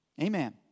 Amen